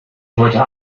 heute